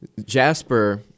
Jasper